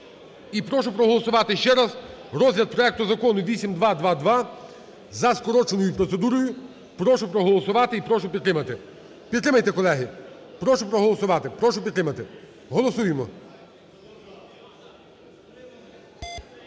і прошу проголосувати ще раз розгляд проекту Закону 8222 за скороченою процедурою. Прошу проголосувати і прошу підтримати. Підтримайте, колеги, прошу проголосувати, прошу підтримати, голосуємо.